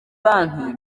banki